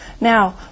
Now